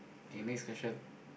okay next question